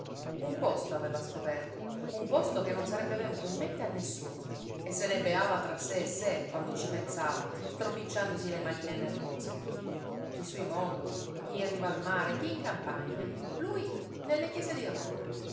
un posto aveva scoperto un posto che non sarebbe venuto in mente a nessuno e se ne beava tra sé e sé quando ci pensava stropicciandosi le manine nervose chi sui monti chi in riva al mare chi in campagna lui nelle chiese di roma